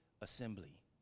assembly